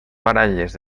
baralles